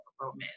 romance